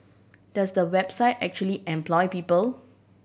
does the website actually employ people